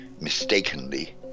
mistakenly